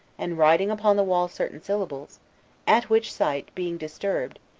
and writing upon the wall certain syllables at which sight, being disturbed,